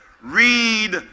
Read